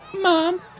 Mom